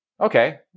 okay